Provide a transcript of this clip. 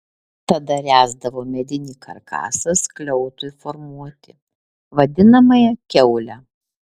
tada ręsdavo medinį karkasą skliautui formuoti vadinamąją kiaulę